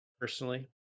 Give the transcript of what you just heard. personally